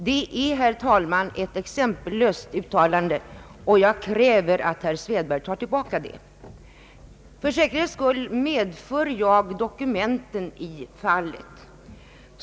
Det är, herr talman, ett exempellöst uttalande, och jag kräver att herr Svedberg tar det tillbaka. För säkerhets skull medför jag dokumenten i fallet.